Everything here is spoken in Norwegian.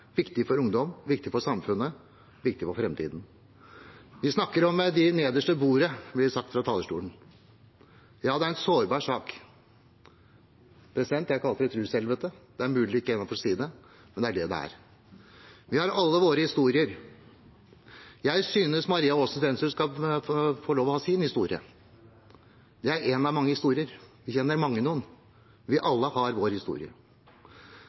viktig for enkeltmennesker, for pårørende, for familier, for ungdom, for samfunnet, viktig for framtiden.» Vi snakker om dem nederst ved bordet, blir det sagt fra talerstolen. Ja, det er en sårbar sak. Jeg kaller det et rushelvete. Det er, president, mulig det ikke er lov å si det, men det er det det er. Vi har alle våre historier. Jeg synes Maria Aasen-Svensrud skal få lov å ha sin historie. Det er én av mange historier. Mange av oss kjenner noen. Alle har vi